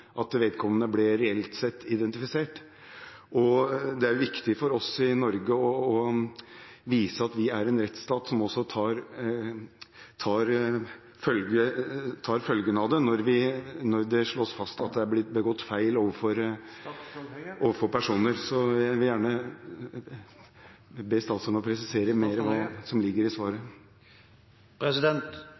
at vedkommende ble reelt sett identifisert. Det er viktig for oss i Norge å vise at vi er en rettsstat som også tar følgene av det når det slås fast at det er blitt begått feil overfor personer. Jeg vil gjerne be statsråden om å presisere mer hva som ligger i svaret.